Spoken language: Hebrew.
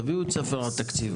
תביאו את ספר התקציב.